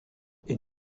est